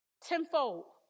tenfold